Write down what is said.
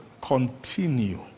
continue